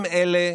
הם אלה,